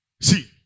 See